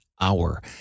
hour